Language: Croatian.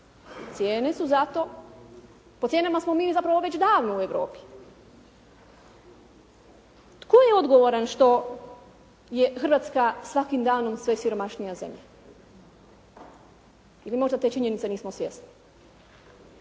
cijene su zato, po cijenama smo mi zapravo već davno u Europi. Tko je odgovoran što je Hrvatska svakim danom sve siromašnija zemlja? Ili možda te činjenice nismo svjesni?